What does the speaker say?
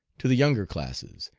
to the younger classes,